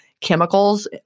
chemicals